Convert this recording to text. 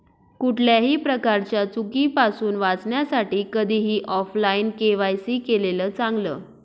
कुठल्याही प्रकारच्या चुकीपासुन वाचण्यासाठी कधीही ऑफलाइन के.वाय.सी केलेलं चांगल